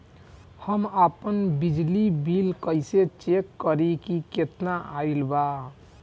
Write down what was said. हम आपन बिजली बिल कइसे चेक करि की केतना आइल बा?